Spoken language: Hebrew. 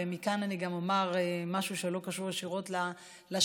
ומכאן אני גם אומר משהו שלא קשור ישירות לשאילתה: